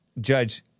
judge